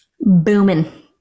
Booming